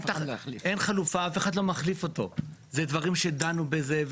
אני חושב שצריכים לעשות מרתון של מפגשים על הדברים שדיברתם עליהם,